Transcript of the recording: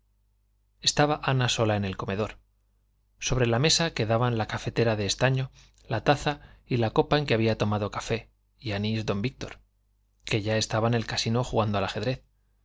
estaba ana sola en el comedor sobre la mesa quedaban la cafetera de estaño la taza y la copa en que había tomado café y anís don víctor que ya estaba en el casino jugando al ajedrez